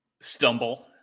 stumble